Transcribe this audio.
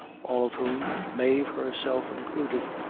all of whom, mave herself included,